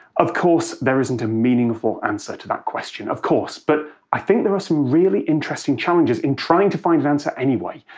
of course there isn't a meaningful answer to that question. of course. but i think there are some really interesting challenges in trying to find an answer anyway,